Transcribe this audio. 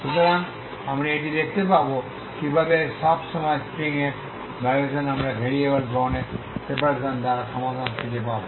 সুতরাং আমরা এটি দেখতে পাব কিভাবে সব সময় স্ট্রিং এর ভাইব্রেশন আমরা ভেরিয়েবল গ্রহণের সেপারেশন দ্বারা সমাধান খুঁজে পাব